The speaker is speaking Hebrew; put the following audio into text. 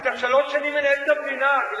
אתה שלוש שנים מנהל את המדינה.